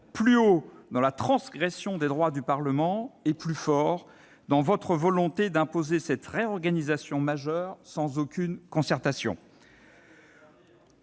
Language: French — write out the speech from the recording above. plus haut dans la transgression des droits du Parlement et plus fort dans sa volonté d'imposer cette réorganisation majeure sans aucune concertation.